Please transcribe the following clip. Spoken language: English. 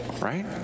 right